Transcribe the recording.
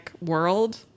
world